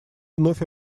вновь